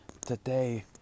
today